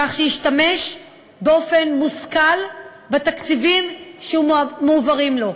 כך שישתמש באופן מושכל בתקציבים שמועברים לו.